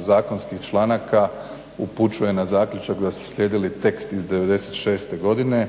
zakonskih članaka upućuje na zaključak da su slijedili tekst iz '96.godine.